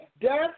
death